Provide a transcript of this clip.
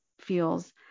feels